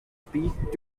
speak